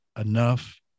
enough